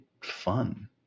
fun